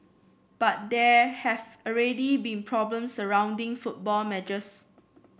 but there have already been problems surrounding football matches